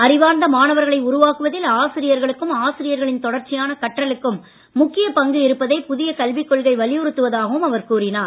அறிவார்ந்த மாணவர்களை உருவாக்குவதில் ஆசிரியர்களுக்கும் ஆசிரியர்களின் தொடர்ச்சியான கற்றலுக்கும் முக்கியப் பங்கு இருப்பதை புதிய கல்விக் கொள்கை வலியுறுத்துவதாகவும் அவர் கூறினார்